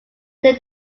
they